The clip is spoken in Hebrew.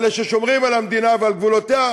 אלה ששומרים על המדינה ועל גבולותיה,